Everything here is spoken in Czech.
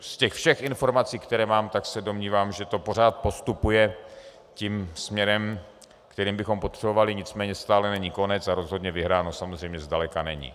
Ze všech informací, které mám, se domnívám, že to pořád postupuje směrem, který bychom potřebovali, nicméně stále není konec a rozhodně vyhráno samozřejmě zdaleka není.